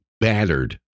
battered